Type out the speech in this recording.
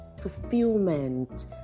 fulfillment